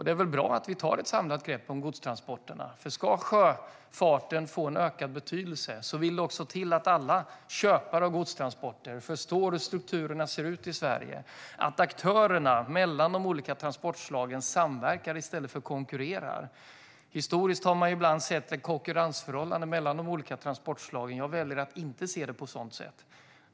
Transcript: Det är väl bra att vi tar ett samlat grepp om godstransporterna. Ska sjöfarten få en ökad betydelse vill det också till att alla köpare av godstransporter förstår hur strukturerna ser ut i Sverige och att aktörerna mellan de olika transportslagen samverkar i stället för att konkurrera. Historiskt har man ibland sett ett konkurrensförhållande mellan de olika transportslagen. Jag väljer att inte se det på ett sådant sätt.